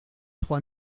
trois